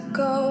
go